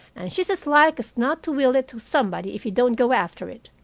she's as like as not to will it to somebody if you don't go after it.